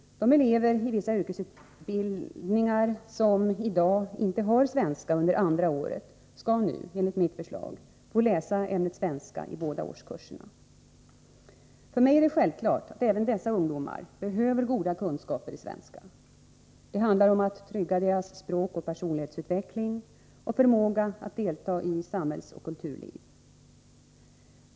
De elever i vissa yrkesutbildningar som i dag inte har svenska under andra året skall nu, enligt mitt förslag, få läsa ämnet svenska i båda årskurserna. För mig är det självklart att även dessa ungdomar behöver goda kunskaper i svenska. Det handlar om att trygga deras språkoch personlighetsutveck ling och förmåga att delta i samhällsoch kulturliv.